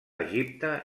egipte